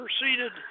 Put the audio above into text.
proceeded